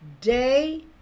day